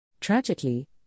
Tragically